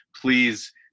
please